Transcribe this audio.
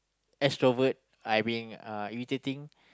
extrovert I being uh irritating